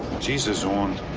jesus, owen,